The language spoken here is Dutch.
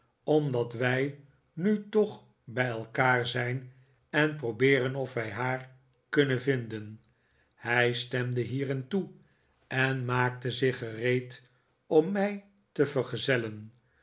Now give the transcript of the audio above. omdat wij nu toch bij elkaar zijn en probeeren of wij haar kunnen vinden hij stemde hierin toe en maakte zich gereed om mij te vergezellen